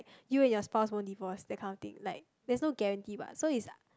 you and your spouse won't divorce that kind of thing like there's no guarantee what so it's a